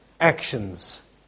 actions